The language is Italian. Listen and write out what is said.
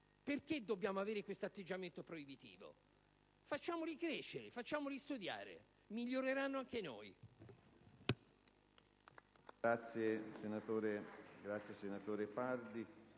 Perché dobbiamo avere questo atteggiamento di proibizione? Facciamoli crescere, facciamoli studiare. Miglioreranno anche noi.